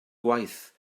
gwaith